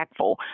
impactful